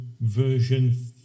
version